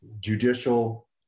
Judicial